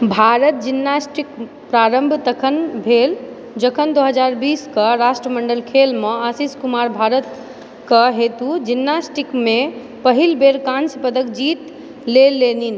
भारतमे जिम्नास्टिकके प्रारम्भ तखन भेल जखन दो हजार बिस कऽ राष्ट्रमंडल खेलमे आशीष कुमार भारतक हेतु जिम्नास्टिकमे पहिल बेर कांस्य पदक जीत लेलनि